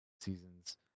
seasons